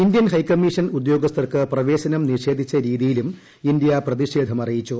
Indian high commission ഉദ്യോഗസ്ഥർക്കു പ്രവശേനം നിഷേധിച്ച രീതിയിലും ഇന്ത്യ പ്പിതിഷേധമറിയിച്ചു